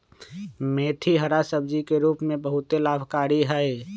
मेथी हरा सब्जी के रूप में बहुत लाभकारी हई